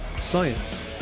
science